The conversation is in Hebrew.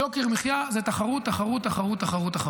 יוקר המחיה זה תחרות, תחרות, תחרות.